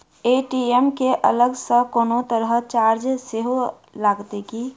ATM केँ अलग सँ कोनो तरहक चार्ज सेहो लागत की?